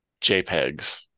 JPEGs